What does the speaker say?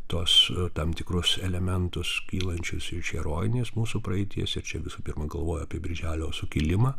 tuos tam tikrus elementus kylančius iš herojinės mūsų praeities ir čia visų pirma galvoju apie birželio sukilimą